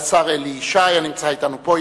השר אלי ישי, הנמצא אתנו פה.